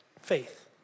faith